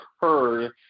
heard